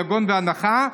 יגון ואנחה,